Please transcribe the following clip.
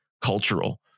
cultural